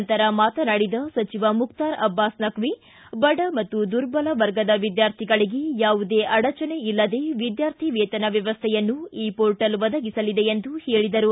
ನಂತರ ಮಾತನಾಡಿದ ಸಚಿವ ಮುಖ್ತಾರ್ ಅಬ್ಲಾಸ್ ನಖ್ವಿ ಬಡ ಮತ್ತು ದುರ್ಬಲ ವರ್ಗದ ವಿದ್ಯಾರ್ಥಿಗಳಿಗೆ ಯಾವುದೇ ಅಡಚಣೆ ಇಲ್ಲದೆ ವಿದ್ಯಾರ್ಥಿ ವೇತನ ವ್ಯವಸ್ಥೆಯನ್ನು ಈ ಪೋರ್ಟಲ್ ಒದಗಿಸಲಿದೆ ಎಂದು ಹೇಳಿದರು